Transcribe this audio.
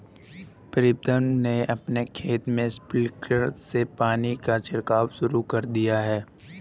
प्रीतम ने अपने खेत में स्प्रिंकलर से पानी का छिड़काव शुरू कर दिया है